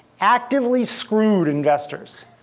actively screwed investors,